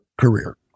career